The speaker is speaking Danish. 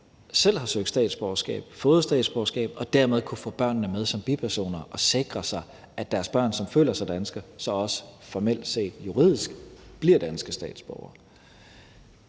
selv har søgt statsborgerskab, for havde de søgt og fået statsborgerskab, kunne de dermed få børnene med som bipersoner og sikre sig, at deres børn, som føler sig danske, så også formelt set, juridisk bliver danske statsborgere.